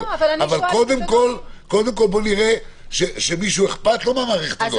אבל קודם כול בוא נראה שלמישהו אכפת מהמערכת הזאת,